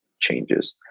changes